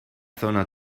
zona